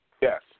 Yes